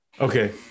Okay